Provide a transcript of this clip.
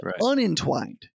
unentwined